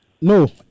No